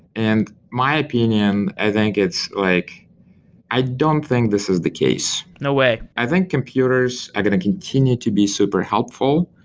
and my opinion, i think it's like i don't think is the case. no way. i think computers are going to continue to be super helpful,